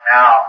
Now